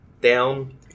down